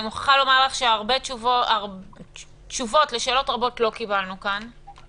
אני מוכרחה לומר לך שתשובות לשאלות רבות לא קיבלנו כאן,